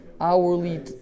hourly